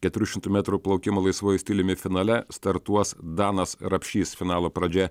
keturių šimtų metrų plaukimo laisvuoju stiliumi finale startuos danas rapšys finalo pradžia